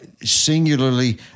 singularly